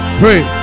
pray